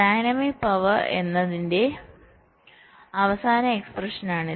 dynamics power എന്നതിന്റെ അവസാന എക്സ്പ്രെഷനാണിത്